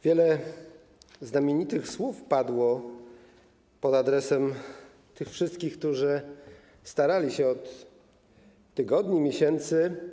Wiele znamienitych słów padło pod adresem tych wszystkich, którzy starali się od tygodni, miesięcy.